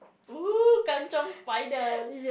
oo kanchiong spider